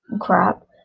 crap